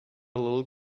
little